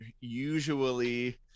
usually